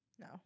No